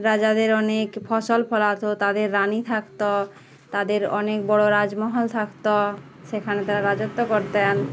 রাজাদের অনেক ফসল ফলাতো তাদের রানী থাকতো তাদের অনেক বড়ো রাজমহল থাকতো সেখানে তারা রাজত্ব করতেন